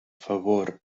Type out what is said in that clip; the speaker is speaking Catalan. favor